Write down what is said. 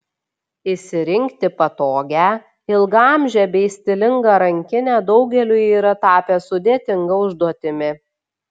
išsirinkti patogią ilgaamžę bei stilingą rankinę daugeliui yra tapę sudėtinga užduotimi